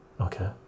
okay